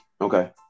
Okay